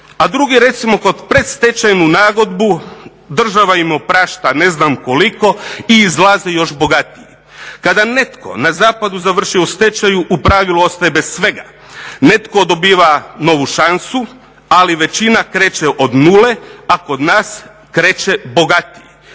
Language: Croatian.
a drugi recimo kroz predstečajnu nagodbu država im oprašta ne znam koliko i izlaze još bogatiji. Kada netko na zapadu završi u stečaju u pravilu ostaje bez svega. Netko dobiva novu šansu, ali većina kreće od nule, a kod nas kreće bogatija.